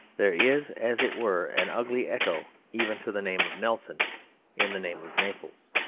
there is, as it were, an ugly echo even to the name of nelson in the name of naples.